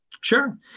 Sure